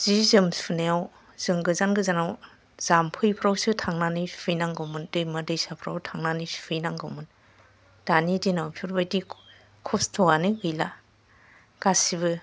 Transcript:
जि जोम सुनायाव जों गोजान गोजानाव जाम्फैफ्रावसो थांनानै सुयै नांगौमोन दैमा दैसाफ्राव थांनानै सुहै नांगौमोन दानि दिनाव बेफोर बायदि खस्थ'आनो गैला गासिबो